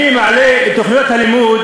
אני מעלה את תוכניות הלימוד